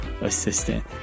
Assistant